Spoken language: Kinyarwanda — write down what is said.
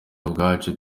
ubwacu